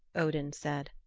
odin said.